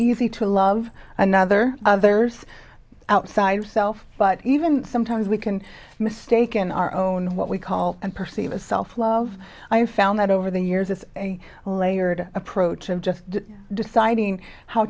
easy to love another there's outside self but even sometimes we can mistaken our own what we call and perceive of self love i found that over the years it's a layered approach of just deciding how